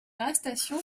arrestation